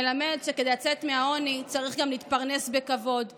מלמד שכדי לצאת מהעוני צריך גם להתפרנס בכבוד ולחיות,